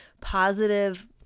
positive